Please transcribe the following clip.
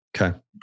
Okay